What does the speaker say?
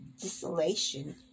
desolation